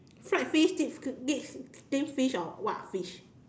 fried fish is it is it steamed fish or what fish